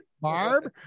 Barb